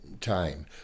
time